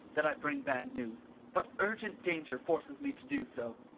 that i bring bad news but urgent danger forces me to do so.